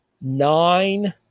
Nine